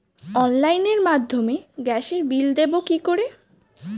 অনলাইনের মাধ্যমে গ্যাসের বিল দেবো কি করে?